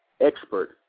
expert